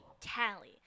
tally